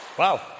Wow